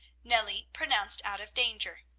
nellie pronounced out of danger.